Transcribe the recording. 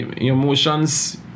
emotions